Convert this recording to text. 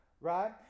right